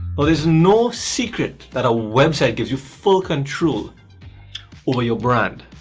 well there's no secret that a website gives you full control over your brand.